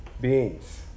beings